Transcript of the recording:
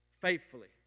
faithfully